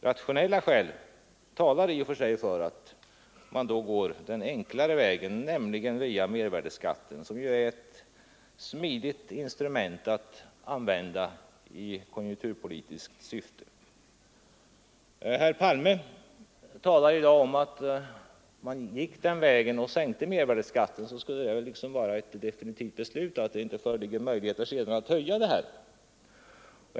Rationella skäl talar i och för sig för att man då går den enklare vägen, nämligen via mervärdeskatten, som ju är ett smidigt instrument att använda i konjunkturpolitiskt syfte. Herr Palme talar i dag om att om man gick den vägen och sänkte mervärdeskatten, så skulle det liksom vara ett definitivt beslut så att det inte sedan föreligger möjligheter att höja denna skatt.